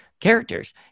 characters